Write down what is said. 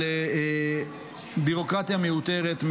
ביורוקרטיה מיותרת.